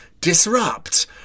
disrupt